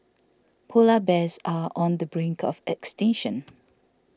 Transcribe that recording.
Polar Bears are on the brink of extinction